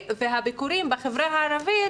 והביקורים בחברה הערבית